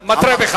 שאני מתריע.